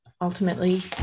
ultimately